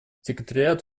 секретариат